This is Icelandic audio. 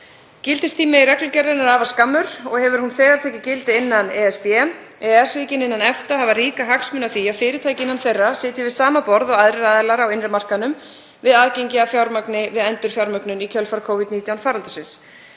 Gildistími reglugerðarinnar er afar skammur og hefur nú þegar tekið gildi innan ESB. EES-ríkin innan EFTA hafa ríka hagsmuni af því að fyrirtæki innan þeirra sitji við sama borð og aðrir aðilar á innri markaðnum við aðgengi að fjármagni við endurfjármögnun í kjölfar Covid-19 faraldursins.